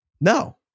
No